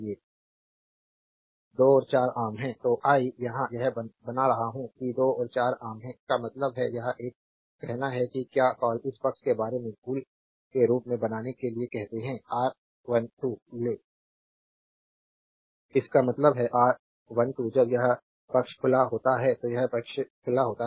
slide समय देखें 0a57 2 और 4 आम है तो आई यहां यह बना रहा हूं कि 2 और 4 आम है इसका मतलब है यह एक कहना है कि क्या कॉल इस पक्ष के बारे में भूल के रूप में बनाने के लिए कहते है R1 2 ले इसका मतलब है आर 1 2 जब यह पक्ष खुला होता है तो यह पक्ष खुला होता है